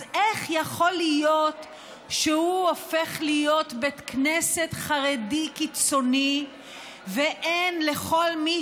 אז איך יכול להיות שהוא הופך להיות בית כנסת חרדי קיצוני ולכל מי